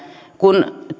kun